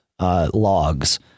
logs